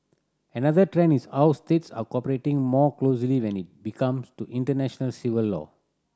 another trend is how states are cooperating more closely when it becomes to international civil law